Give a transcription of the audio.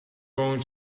going